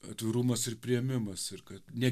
atvirumas ir priėmimas ir kad ne